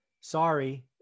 Sorry